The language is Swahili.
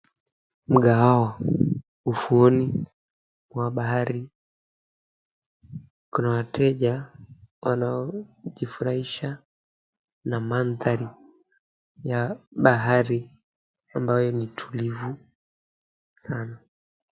Mgahawa ufuoni kwa bahari. Kuna wateja wanaojifurahisha na mandhari ya bahari, ambayo ni tulivu sana.